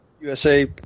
USA